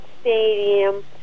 Stadium